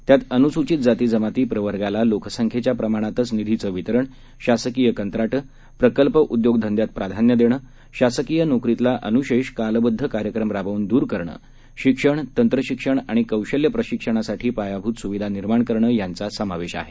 त्यातअनुसूचितजातीजमातीप्रवर्गालालोकसंख्येच्याप्रमाणातनिधीचवितरण शासकीयकंत्राट प्रकल्पउद्योग धंद्यातप्राधान्यदेणं शासकीयनोकरीतलाअनुशेषकालबद्धकार्यक्रमराबवूनदूरकरणं शिक्षण तंत्रशिक्षणआणिकौशल्यप्रशिक्षणासाठीपायाभूतसुविधानिर्माणकरणंयांचासमावेशआहे